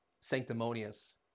sanctimonious